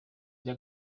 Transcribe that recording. rya